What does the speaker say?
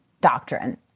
doctrine